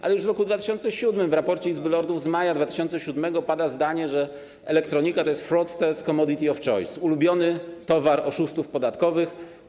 Ale już w roku 2007, w raporcie Izby Lordów z maja 2007 r., pada zdanie, że elektronika to: fraudsters’ commodity of choice, ulubiony towar oszustów podatkowych.